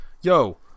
yo